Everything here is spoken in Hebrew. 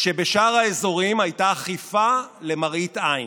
כשבשאר האזורים הייתה אכיפה למראית עין.